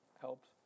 helps